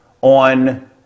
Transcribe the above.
on